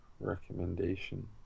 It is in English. recommendation